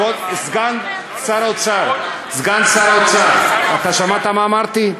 כבוד סגן שר האוצר, סגן שר האוצר, שמעת מה שאמרתי?